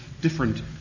different